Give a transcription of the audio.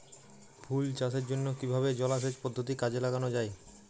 ফুল চাষের জন্য কিভাবে জলাসেচ পদ্ধতি কাজে লাগানো যাই?